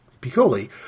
Piccoli